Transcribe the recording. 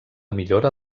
millora